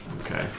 Okay